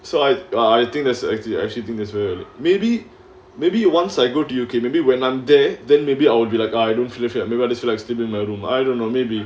so I I think that's act~ you actually think this will maybe maybe once I go to U_K maybe when I'm there then maybe I will be like item philip chia and new ideas for like to be room I don't know maybe